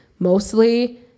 mostly